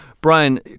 Brian